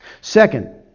Second